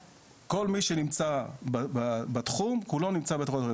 כל מי שנמצא בתחום, כולו נמצא בתכנית הזו.